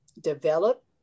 develop